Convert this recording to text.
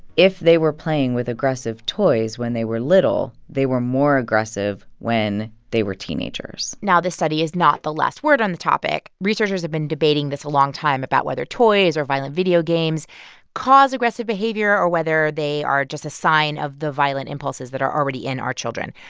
if they were playing with aggressive toys when they were little, they were more aggressive when they were teenagers now, this study is not the last word on the topic. researchers have been debating this a long time about whether toys or violent video games cause aggressive behavior or whether they are just a sign of the violent impulses that are already in our children.